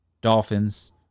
Dolphins